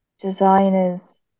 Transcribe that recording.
designers